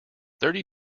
thirty